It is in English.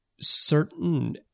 certain